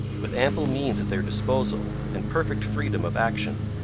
with ample means at their disposal and perfect freedom of action,